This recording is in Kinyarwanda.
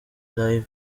live